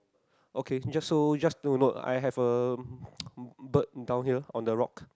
okay just so just to note I have a bird down here on the rock